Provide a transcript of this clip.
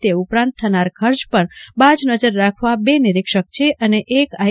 તે ઉપરાંત થનારા ખર્ચ પર બાજનજર રાખવા બે નિરીક્ષક છે અને એક આઇ